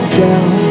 down